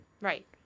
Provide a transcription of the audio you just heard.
Right